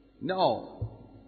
No